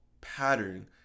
pattern